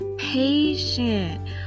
patient